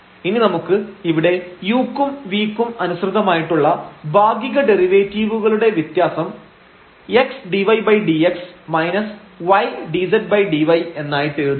ഇനി നമുക്ക് ഇവിടെ u ക്കും v ക്കും അനുസൃതമായിട്ടുള്ള ഭാഗിക ഡെറിവേറ്റീവുകളുടെ വ്യത്യാസം x∂y∂x y∂z∂y എന്നായിട്ടെഴുതാം